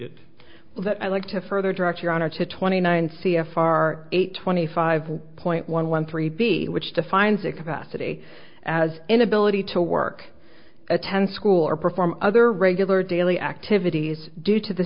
need that i like to further direct your honor to twenty nine c f r eight twenty five point one one three b which defines a capacity as inability to work attend school or perform other regular daily activities due to the